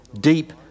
deep